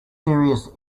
serious